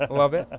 love it.